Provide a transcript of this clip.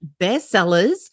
bestsellers